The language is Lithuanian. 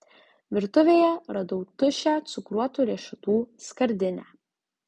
virtuvėje radau tuščią cukruotų riešutų skardinę